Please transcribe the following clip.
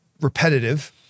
repetitive